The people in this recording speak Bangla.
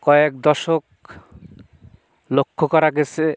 কয়েক দশক লক্ষ্য করা গেছে